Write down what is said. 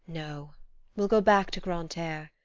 no we'll go back to grande terre.